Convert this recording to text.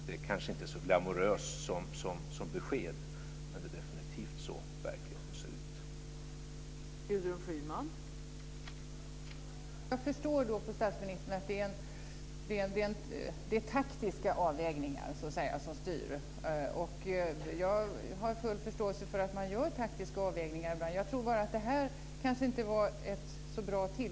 Det är kanske inte så glamoröst som besked, men det är definitivt så som verkligheten ser ut.